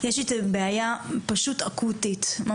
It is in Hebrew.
יש איתם בעיה פשוט אקוטית,